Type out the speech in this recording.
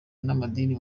n’amadini